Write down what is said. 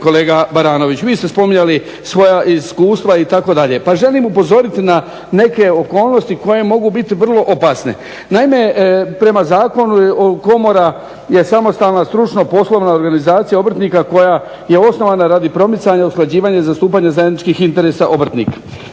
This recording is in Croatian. kolega Baranović. Vi ste spominjali svoja iskustva itd. Pa želim upozoriti na neke okolnosti koje mogu biti vrlo opasne. Naime, prema zakonu komora je samostalna stručno poslovna organizacija obrtnika koja je osnovana radi promicanja usklađivanja i zastupanja zajedničkih interesa obrtnika.